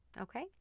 Okay